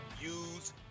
use